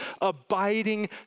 abiding